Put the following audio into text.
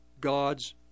God's